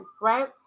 right